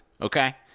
okay